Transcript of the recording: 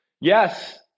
Yes